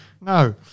No